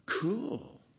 Cool